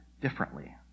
differently